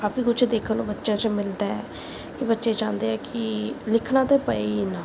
ਕਾਫ਼ੀ ਕੁਛ ਦੇਖਣ ਨੂੰ ਬੱਚਿਆਂ 'ਚ ਮਿਲਦਾ ਹੈ ਅਤੇ ਬੱਚੇ ਚਾਹੁੰਦੇ ਹੈ ਕਿ ਲਿਖਣਾ ਤਾਂ ਪਏ ਹੀ ਨਾ